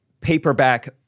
paperback